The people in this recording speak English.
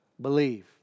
believe